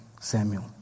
Samuel